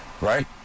right